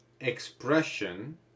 expression